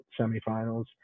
semifinals